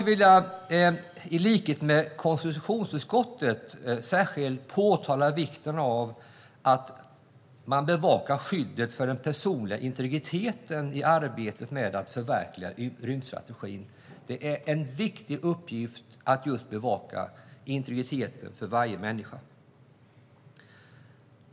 I likhet med konstitutionsutskottet vill jag särskilt påtala vikten av att bevaka skyddet för den personliga integriteten i arbetet med att förverkliga rymdstrategin. Det är en viktig uppgift att bevaka integriteten för varje människa.